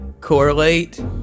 correlate